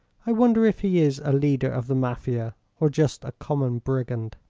i wonder if he is a leader of the mafia, or just a common brigand?